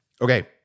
Okay